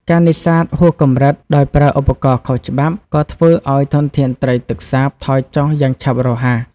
ការនេសាទហួសកម្រិតដោយប្រើឧបករណ៍ខុសច្បាប់ក៏ធ្វើឲ្យធនធានត្រីទឹកសាបថយចុះយ៉ាងឆាប់រហ័ស។